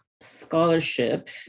scholarship